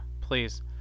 please